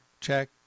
check